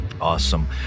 awesome